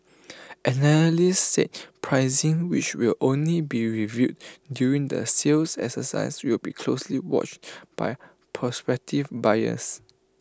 analysts said pricing which will only be revealed during the sales exercise will be closely watched by prospective buyers